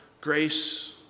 grace